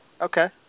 Okay